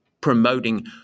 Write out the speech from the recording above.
promoting